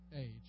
age